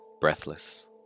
breathless